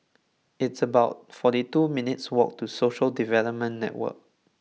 it's about forty two minutes' walk to Social Development Network